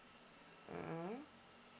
mm mm